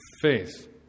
faith